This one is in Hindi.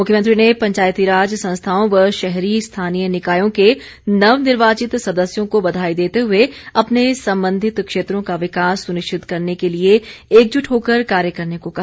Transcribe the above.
मुख्यमंत्री ने पंचायती राज संस्थाओं व शहरी स्थानीय निकायों के नवनिर्वाचित सदस्यों को बधाई देते हुए अपने संबंधित क्षेत्रों का विकास सुनिश्चित करने के लिए एकजुट होकर कार्य करने को कहा